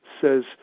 says